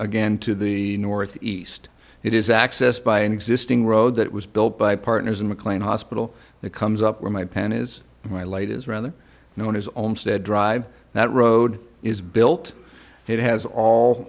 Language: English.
again to the north east it is accessed by an existing road that was built by partners in mclean hospital that comes up where my pen is my light is rather known as olmsted drive that road is built it has all